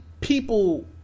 people